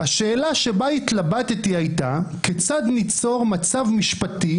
"השאלה שבה התלבטתי הייתה, כיצד ניצור מצב משפטי,